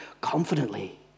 confidently